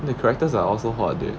the characters are also hot I think